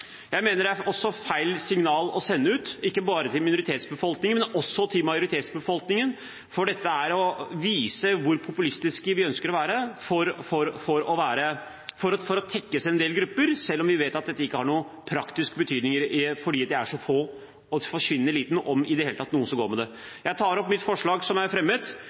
Jeg mener det er feil signal å sende ut, ikke bare til minoritetsbefolkningen, men også til majoritetsbefolkningen, for dette er å vise hvor populistiske vi ønsker å være for å tekkes en del grupper, selv om vi vet at dette ikke har noen praktisk betydning, fordi det er så få, en forsvinnende liten del – om i det hele tatt noen – som går med det. Jeg tar opp mitt forslag som jeg har fremmet.